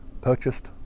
purchased